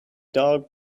dog